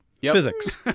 physics